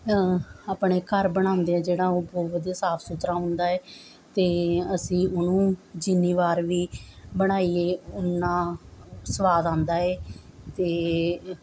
ਆਪਣੇ ਘਰ ਬਣਾਉਂਦੇ ਹਾਂ ਜਿਹੜਾ ਉਹ ਬਹੁਤ ਵਧੀਆ ਸਾਫ ਸੁਥਰਾ ਹੁੰਦਾ ਏ ਅਤੇ ਅਸੀਂ ਉਹਨੂੰ ਜਿੰਨੀ ਵਾਰ ਵੀ ਬਣਾਈਏ ਉਨਾਂ ਸਵਾਦ ਆਉਂਦਾ ਏ ਅਤੇ